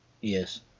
Yes